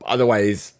Otherwise